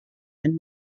and